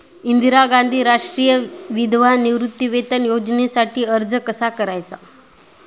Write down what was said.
इंदिरा गांधी राष्ट्रीय विधवा निवृत्तीवेतन योजनेसाठी अर्ज कसा करायचा?